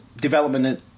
development